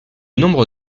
nombre